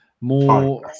more